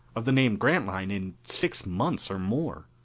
of the name grantline in six months or more.